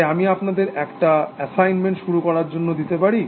তাই আমি আপনাদের একটা অ্যাসাইনমেন্ট শুরু করার জন্য দিতে পারি